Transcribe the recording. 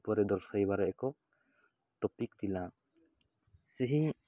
ଉପରେ ଦର୍ଶାଇବାର ଏକ ଟପିକ ଥିଲା ସେହିଁ